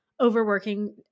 overworking